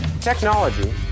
Technology